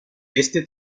este